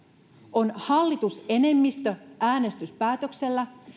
on hallitusenemmistön äänestyspäätöksellä